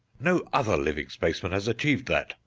no other living spaceman has achieved that!